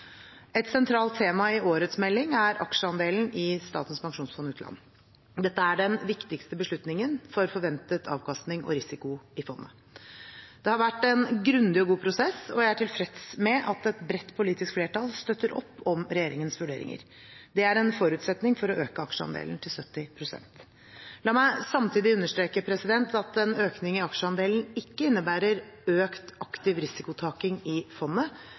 Et sentralt tema i årets melding er aksjeandelen i Statens pensjonsfond utland. Dette er den viktigste beslutningen for forventet avkastning og risiko i fondet. Det har vært en grundig og god prosess, og jeg er tilfreds med at et bredt politisk flertall støtter opp om regjeringens vurderinger. Det er en forutsetning for å øke aksjeandelen til 70 pst. La meg samtidig understreke at en økning i aksjeandelen ikke innebærer økt aktiv risikotaking i fondet.